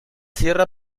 sierra